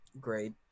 great